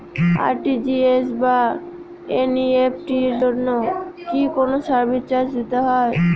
RTGS বা NEFT এর জন্য কি কোনো সার্ভিস চার্জ দিতে হয়?